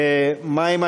לא נתקבלה.